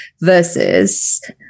versus